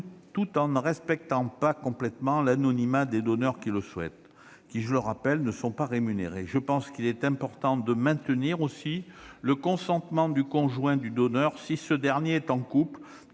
tout en ne respectant pas complètement l'anonymat des donneurs qui le souhaitent, ces derniers, je le rappelle, n'étant pas rémunérés en France. Je pense aussi qu'il est important de maintenir le consentement du conjoint du donneur, si ce dernier est en couple,